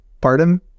Pardon